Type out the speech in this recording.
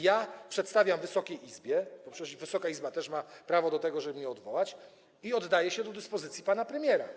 I przedstawiam to Wysokiej Izbie, bo przecież Wysoka Izba też ma prawo do tego, żeby mnie odwołać, i oddaję się do dyspozycji pana premiera.